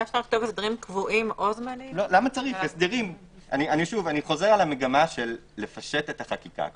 אני חוזר על המגמה של פישוט החקיקה.